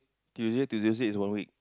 Tuesday to Thursday is one week